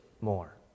more